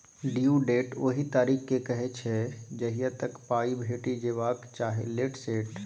due date ओहि तारीख केँ कहय छै जहिया तक पाइ भेटि जेबाक चाही लेट सेट